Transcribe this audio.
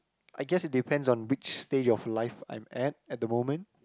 I guess it depends on which stage of life I'm at at the moment